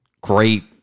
great